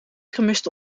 gemiste